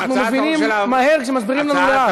אנחנו מבינים מהר כשמסבירים לנו לאט.